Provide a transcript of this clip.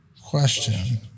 question